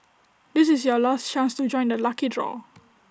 this is your last chance to join the lucky draw